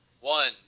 One